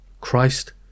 Christ